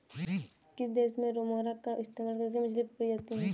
किस देश में रेमोरा का इस्तेमाल करके मछली पकड़ी जाती थी?